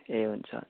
ए हुन्छ हुन्छ